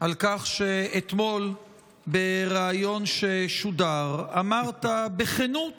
על כך שאתמול בריאיון ששודר אמרת בכנות